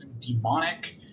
demonic